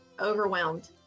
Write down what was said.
overwhelmed